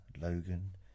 Logan